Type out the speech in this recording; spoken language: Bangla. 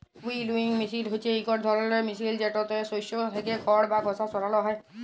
উইলউইং মিশিল হছে ইকট ধরলের মিশিল যেটতে শস্য থ্যাইকে খড় বা খসা সরাল হ্যয়